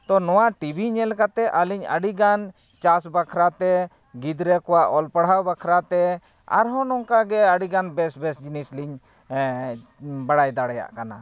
ᱛᱚ ᱱᱚᱣᱟ ᱴᱤᱵᱷᱤ ᱧᱮᱞ ᱠᱟᱛᱮᱫ ᱟᱹᱞᱤᱧ ᱟᱹᱰᱤᱜᱟᱱ ᱪᱟᱥ ᱵᱟᱠᱷᱨᱟᱛᱮ ᱜᱤᱫᱽᱨᱟᱹ ᱠᱚᱣᱟᱜ ᱚᱞ ᱯᱟᱲᱦᱟᱣ ᱵᱟᱠᱷᱨᱟᱛᱮ ᱟᱨᱦᱚᱸ ᱱᱚᱜ ᱠᱟᱜᱮ ᱟᱹᱰᱤ ᱜᱟᱱ ᱵᱮᱥ ᱵᱮᱥ ᱡᱤᱱᱤᱥ ᱞᱤᱧ ᱵᱟᱲᱟᱭ ᱫᱟᱲᱮᱭᱟᱜ ᱠᱟᱱᱟ